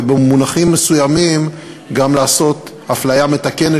ובמונחים מסוימים גם לעשות אפליה מתקנת